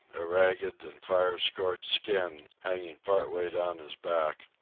a ragged and fire-scorched skin hanging part way down his back,